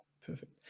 Perfect